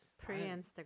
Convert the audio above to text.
Pre-Instagram